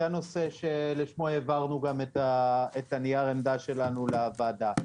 זה הנושא שהעברנו גם את נייר העמדה שלנו לוועדה.